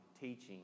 teaching